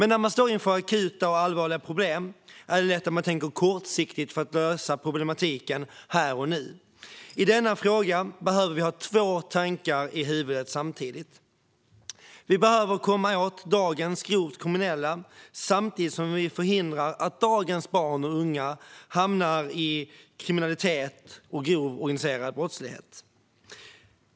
När man står inför akuta och allvarliga problem är det dock lätt att man tänker kortsiktigt för att lösa problematiken här och nu. I denna fråga behöver vi ha två tankar i huvudet samtidigt. Vi behöver komma åt dagens grovt kriminella samtidigt som vi förhindrar att dagens barn och unga hamnar i kriminalitet och grov organiserad brottslighet.